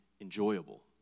enjoyable